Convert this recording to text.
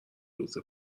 روز